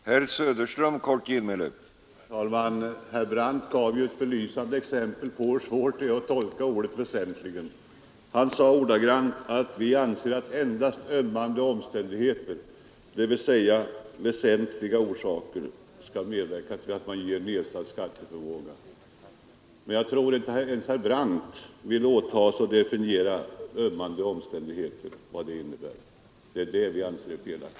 Herr talman! Herr Brandt gav ett belysande exempel på hur svårt det är att tolka ordet ”väsentligen”. Han sade att endast ömmande omständigheter, dvs. väsentligen nedsatt skatteförmåga, kan motivera att extra avdrag medges. Jag tror inte att ens herr Brandt vill åta sig att definiera vad ”ömmande omständigheter” innebär. Det är sådana vaga formuleringar vi anser vara felaktiga.